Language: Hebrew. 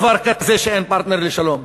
הוא אומר שאין דבר כזה שאין פרטנר לשלום.